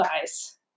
guys